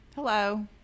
hello